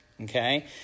okay